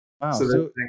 Wow